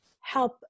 help